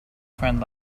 friend